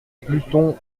pluton